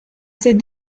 ses